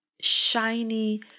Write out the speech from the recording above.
shiny